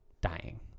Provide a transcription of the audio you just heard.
dying